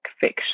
fiction